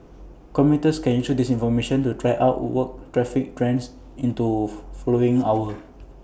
commuters can use this information to try work out traffic trends into following hour